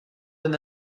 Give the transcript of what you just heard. than